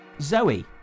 zoe